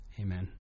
Amen